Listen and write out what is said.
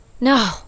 No